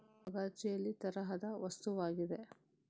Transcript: agar jelly ತರಹದ ವಸ್ತುವಾಗಿದೆ